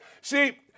See